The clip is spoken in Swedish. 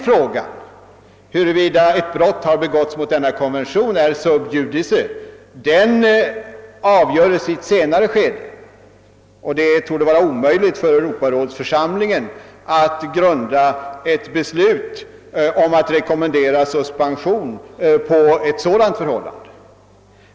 Frågan huruvida ett brott har begåtts mot konventionen är sub judice och avgöres i ett senare skede. Det torde vara omöjligt för Europarådets rådgivande församling att grunda ett beslut om att rekommendera suspension på ett sådant förhållande.